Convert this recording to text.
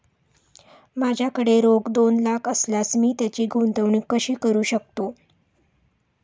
माझ्याकडे रोख दोन लाख असल्यास मी त्याची गुंतवणूक कशी करू शकतो?